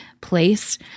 place